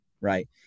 right